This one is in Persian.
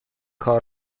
کار